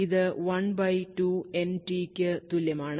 ഇത് 12nt ക്കു തുല്യമാണ്